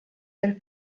del